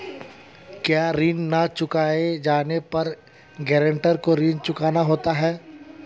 क्या ऋण न चुकाए जाने पर गरेंटर को ऋण चुकाना होता है?